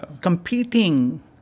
competing